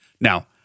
Now